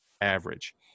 average